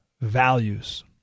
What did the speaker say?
values